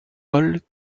paul